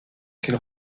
qu’il